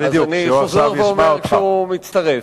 אז אני חוזר ואומר כשהוא מצטרף.